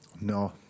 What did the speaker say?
No